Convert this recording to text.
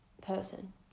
person